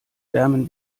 wärmen